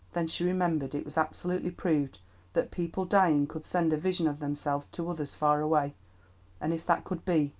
then she remembered it was absolutely proved that people dying could send a vision of themselves to others far away and if that could be,